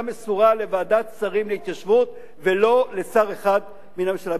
מסורה לוועדת שרים להתיישבות ולא לשר אחד מן הממשלה.